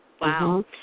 Wow